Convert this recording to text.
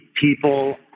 people